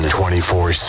24